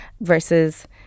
versus